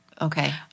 Okay